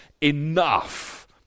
Enough